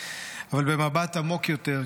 אבל במבט עמוק יותר,